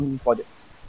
projects